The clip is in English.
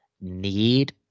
need